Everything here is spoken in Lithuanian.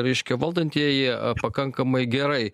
reiškia valdantieji pakankamai gerai